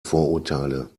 vorurteile